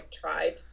tried